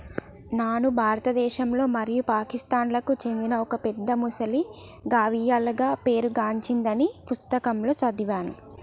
నాను భారతదేశంలో మరియు పాకిస్తాన్లకు చెందిన ఒక పెద్ద మొసలి గావియల్గా పేరు గాంచింది అని పుస్తకాలలో సదివాను